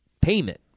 payment